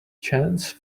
chance